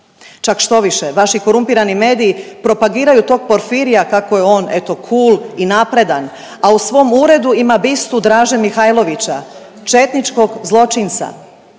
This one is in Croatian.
Čak štoviše, vaši korumpirani mediji propagiraju tog Porfirija kako je on eto cool i napredan, a u svom uredu ima bistu Draža Mihajlovića, četničkog zločinca.